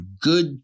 good